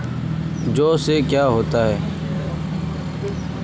जौ से का होता है?